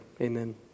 Amen